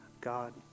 God